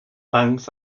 banks